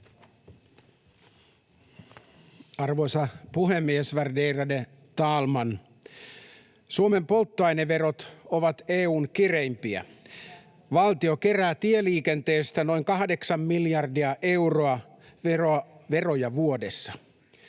Arvoisa puhemies, värderade talman! Suomen polttoaineverot ovat EU:n kireimpiä. [Perussuomalaisten ryhmästä: Niinpä!] Valtio kerää tieliikenteestä noin 8 miljardia euroa veroja vuodessa.